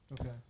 Okay